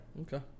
okay